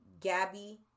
Gabby